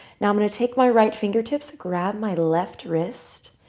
now i'm going to take my right fingertips, wrap my left wrist,